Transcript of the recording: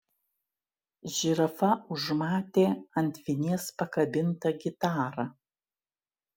žirafa užmatė ant vinies pakabintą gitarą